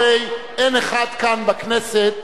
הרי אין אחד כאן בכנסת,